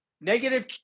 Negative